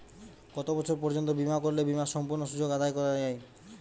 কত বছর পর্যন্ত বিমা করলে বিমার সম্পূর্ণ সুযোগ আদায় করা য়ায়?